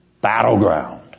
battleground